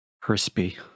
Crispy